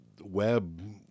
web